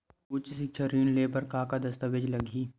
उच्च सिक्छा ऋण ले बर का का दस्तावेज लगही?